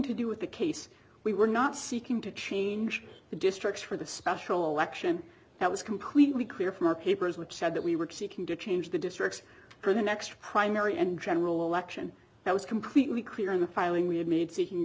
to do with the case we were not seeking to change the districts for the special election that was completely clear from our papers which said that we were seeking to change the districts for the next primary and general election that was completely clear in the filing we had made seeking